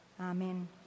Amen